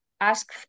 ask